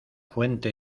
fuente